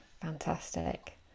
Fantastic